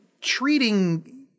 treating